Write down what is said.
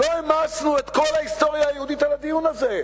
לא העמסנו את כל ההיסטוריה היהודית על הדיון הזה.